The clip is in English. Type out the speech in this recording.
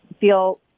feel